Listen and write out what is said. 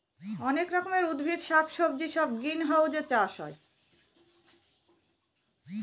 অনেক রকমের উদ্ভিদ শাক সবজি সব গ্রিনহাউসে চাষ হয়